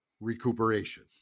recuperation